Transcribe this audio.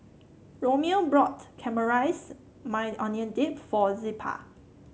Romeo bought Caramelized Maui Onion Dip for Zilpah